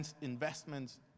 investments